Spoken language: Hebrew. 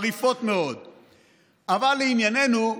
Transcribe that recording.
אבל לענייננו,